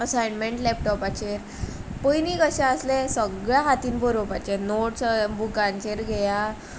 assignment लॅपटोपाचेर पयनीं कशें आसलें सगले हातीन बरोवपाचें नोट्स बुकांचेर घेया